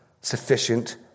sufficient